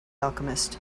alchemist